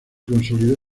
consolidó